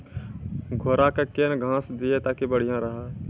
घोड़ा का केन घास दिए ताकि बढ़िया रहा?